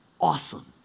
awesome